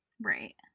Right